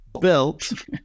built